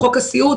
בחוק הסיעוד,